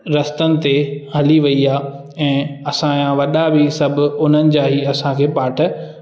रस्तनि ते हली वई आहे ऐं असां वॾा बि सभु उन्हनि जा ई असांखे पाठ